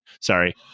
Sorry